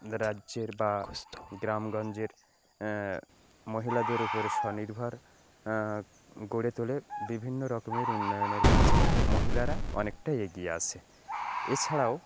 রাজ্যের বা গ্রামগঞ্জের মহিলাদের ওপরে স্বনির্ভর গড়ে তোলে বিভিন্ন রকমের উন্নয়নের কাজে মহিলারা অনেকটাই এগিয়ে আছে এছাড়াও